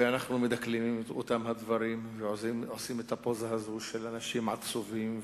ואנחנו מדקלמים את אותם הדברים ועושים את הפוזה הזאת של אנשים עצובים,